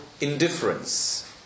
indifference